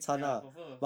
ya confirm will